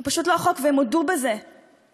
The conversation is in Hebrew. הוא פשוט לא חוק, והם הודו בזה בפומבי.